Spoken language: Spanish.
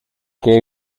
que